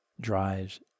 drives